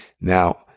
Now